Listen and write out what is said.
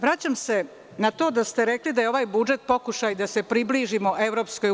Vraćam se na to da ste rekli da je ovaj budžet pokušaj da se približimo EU.